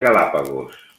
galápagos